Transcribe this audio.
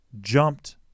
jumped